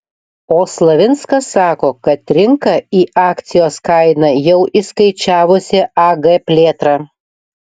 o slavinskas sako kad rinka į akcijos kainą jau įskaičiavusi ag plėtrą